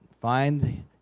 find